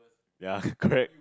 ya correct